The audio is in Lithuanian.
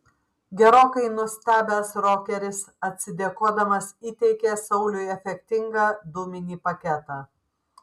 gerokai nustebęs rokeris atsidėkodamas įteikė sauliui efektingą dūminį paketą